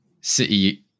City